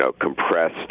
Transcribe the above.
compressed